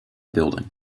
building